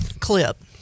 clip